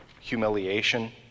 humiliation